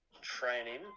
training